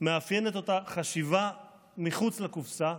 מאפיינת אותה חשיבה מחוץ לקופסה,